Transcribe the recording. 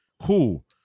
Cool